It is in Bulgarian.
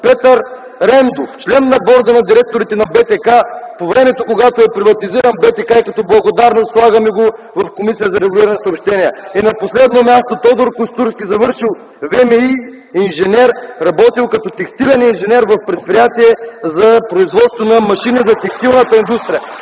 Петър Рендов – член на Борда на директорите на БТК по времето, когато същият е приватизиран, и като благодарност го слагат в Комисията за регулиране на съобщенията. И на последно място: Тодор Костурски, инженер, завършил ВМИ, работил като текстилен инженер в предприятие за производство на машини за текстилната индустрия!